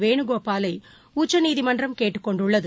வேனுகோபாலை உச்சநீதிமன்றம் கேட்டுக் கொண்டுள்ளது